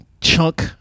chunk